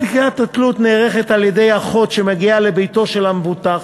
בדיקת התלות נערכת על-ידי אחות שמגיעה לביתו של המבוטח,